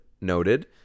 noted